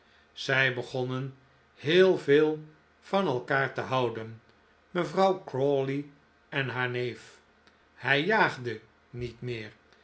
zij begonnen heel veel van elkaar te houden mevrouw crawley en haar neef hij jaagde niet meer